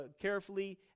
carefully